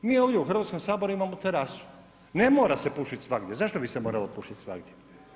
Mi ovdje u Hrvatskom saboru imamo terasu, ne mora se pušit svagdje, zašto bi se moralo pušit svagdje?